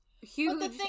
huge